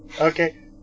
Okay